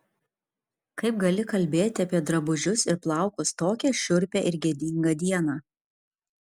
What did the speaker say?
kaip gali kalbėti apie drabužius ir plaukus tokią šiurpią ir gėdingą dieną